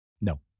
No